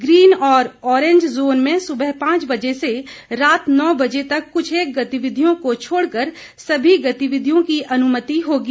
green और orange zone में सुबह पांच बजे से रात नौ बजे तक कुछ गतिविधियों को छोड़कर सभी गतिविधियों की अनुमति होगी